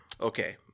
Okay